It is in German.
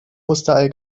osterei